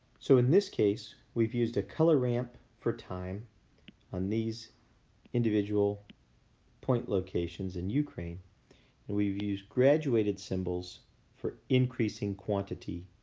so, in this case, we've used a color ramp for time on these individual point locations in ukraine and we use graduated symbols for increasing quantity